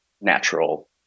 natural